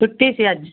ਛੁੱਟੀ ਸੀ ਅੱਜ